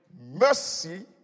Mercy